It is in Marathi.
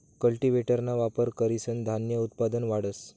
कल्टीव्हेटरना वापर करीसन धान्य उत्पादन वाढस